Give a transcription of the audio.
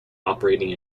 operating